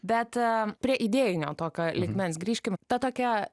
bet prie idėjinio tokio lygmens grįžkim ta tokia